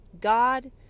God